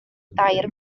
dair